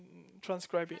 transcript it